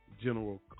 General